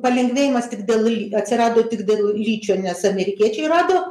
palengvėjimas tik dėl li atsirado tik dėl ličio nes amerikiečiai rado